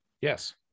Yes